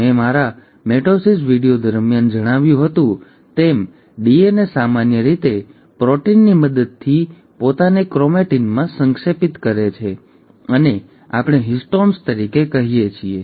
મેં મારા mitosis video દરમિયાન જણાવ્યું હતું તેમ ડીએનએ સામાન્ય રીતે પ્રોટીનની મદદથી પોતાને ક્રોમેટીનમાં સંક્ષેપિત કરે છે જેને આપણે હિસ્ટોન્સ કહીએ છીએ